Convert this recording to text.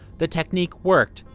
the technique worked,